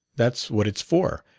that's what it's for.